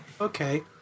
okay